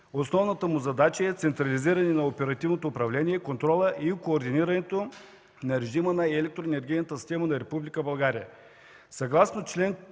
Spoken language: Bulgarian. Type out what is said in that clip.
Основната му задача е централизиране на оперативното управление, контрола и координирането на режима на електроенергийната система на